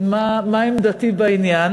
מה עמדתי בעניין.